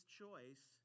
choice